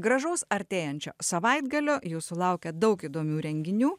gražaus artėjančio savaitgalio jūsų laukia daug įdomių renginių